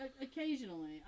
occasionally